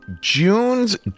June's